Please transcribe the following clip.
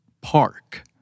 Park